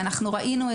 שמנו את